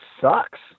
sucks